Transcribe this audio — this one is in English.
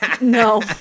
no